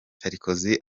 sarkozy